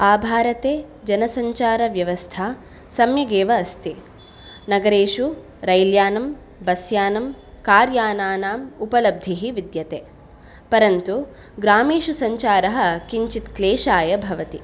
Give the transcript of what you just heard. आभारते जनसञ्चारव्यवस्था सम्यगेव अस्ति नगरेषु रैल्यानं बस्यानं कार्यानानाम् उपलब्धिः विद्यते परन्तु ग्रामेषु सञ्चारः किञ्चित् क्लेशाय भवति